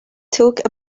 took